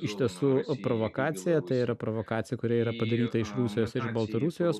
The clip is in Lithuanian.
iš tiesų provokacija tai yra provokacija kuri yra padaryta iš rusijos ir baltarusijos